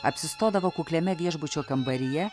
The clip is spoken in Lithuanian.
apsistodavo kukliame viešbučio kambaryje